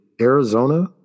Arizona